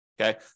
okay